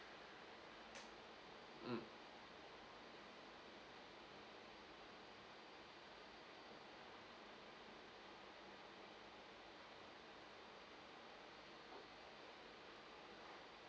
mm